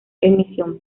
emisión